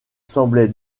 semblait